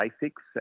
basics